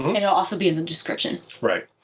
you know also be in the description. right.